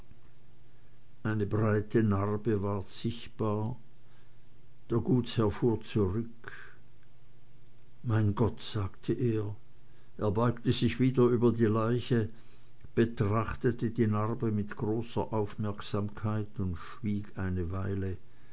eine breite narbe ward sichtbar der gutsherr fuhr zurück mein gott sagte er er beugte sich wieder über die leiche betrachtete die narbe mit großer aufmerksamkeit und schwieg eine weile